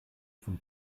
vom